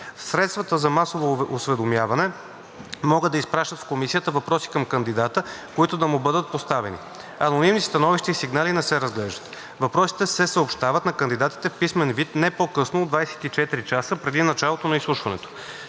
Средствата за масово осведомяване могат да изпращат в комисията въпроси към кандидата, които да му бъдат поставени. Анонимни становища и сигнали не се разглеждат. Въпросите се съобщават на кандидатите в писмен вид не по-късно от 24 часа преди началото на изслушването.